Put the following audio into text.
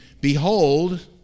behold